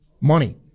money